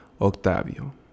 Octavio